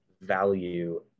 value